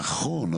נכון.